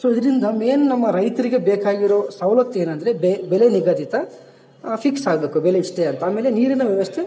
so ಇದ್ರಿಂದ main ನಮ್ಮ ರೈತರಿಗೆ ಬೇಕಾಗಿರೊ ಸವ್ಲತ್ತು ಏನಂದರೆ ಬೆಲೆ ನಿಗದಿತ ಫಿಕ್ಸ್ ಆಗಬೇಕು ಬೆಲೆ ಇಷ್ಟೇ ಅಂತ ಆಮೇಲೆ ನೀರಿನ ವ್ಯವಸ್ಥೆ